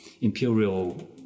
imperial